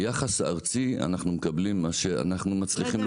ביחס הארצי אנחנו מקבלים מה שאנחנו מצליחים להוכיח.